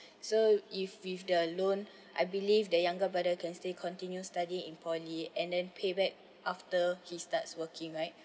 so if with the loan I believe the younger brother can still continue studying in poly and then pay back after he starts working right